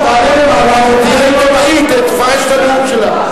תעלה למעלה, תהיה עיתונאי, תפרש את הנאום שלה.